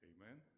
Amen